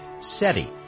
SETI